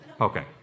Okay